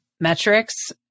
metrics